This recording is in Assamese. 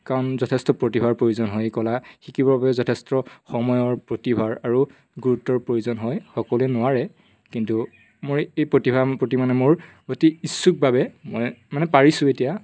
কাৰণ যথেষ্ট প্ৰতিভাৰ প্ৰয়োজন হয় কলা শিকিবৰ বাবে যথেষ্ট সময়ৰ প্ৰতিভাৰ আৰু গুৰুত্বৰ প্ৰয়োজন হয় সকলোৱে নোৱাৰে কিন্তু মোৰ এই প্ৰতিভা প্ৰতি মানে মোৰ অতি ইচ্ছুকভাৱে মই মানে পাৰিছোঁ এতিয়া